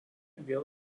vėl